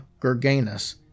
Gerganus